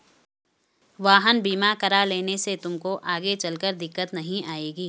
वाहन बीमा करा लेने से तुमको आगे चलकर दिक्कत नहीं आएगी